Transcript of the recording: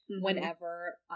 whenever